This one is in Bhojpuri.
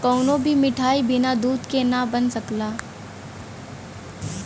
कवनो भी मिठाई बिना दूध के ना बन सकला